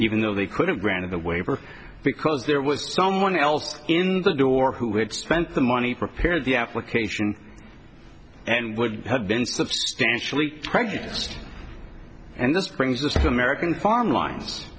even though they could have granted the waiver because it was someone else in the door who had spent the money prepared the application and would have been substantially prejudiced and this brings this american farm lines